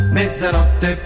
mezzanotte